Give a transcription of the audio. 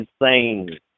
insane